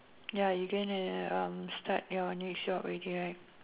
ya you gonna um start your next job already right